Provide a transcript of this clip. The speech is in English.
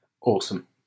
Awesome